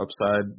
upside